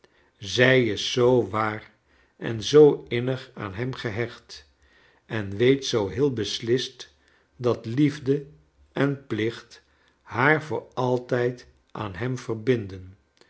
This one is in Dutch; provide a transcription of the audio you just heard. zij is zoo waar en zoo innig aan hem gehecht en weet zoo heel beslist dat liefde en plicht haar voor altijd aan hem verbinden